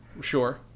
Sure